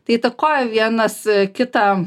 tai įtakoja vienas kitą